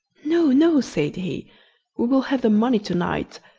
no, no said he, we will have the money to-night,